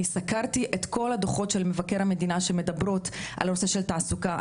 אני סקרתי את כל הדוחות של מבקר המדינה שמדברים על הנושא של תעסוקה,